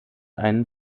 einen